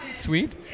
Sweet